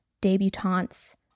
debutantes